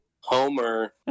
Homer